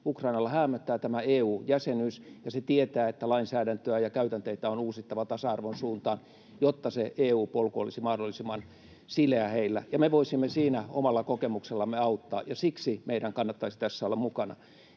Ukrainalla häämöttää EU-jäsenyys ja se tietää, että lainsäädäntöä ja käytänteitä on uusittava tasa-arvon suuntaan, jotta se EU-polku olisi mahdollisimman sileä heillä. Me voisimme siinä omalla kokemuksellamme auttaa, ja siksi meidän kannattaisi tässä olla mukana.